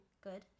Good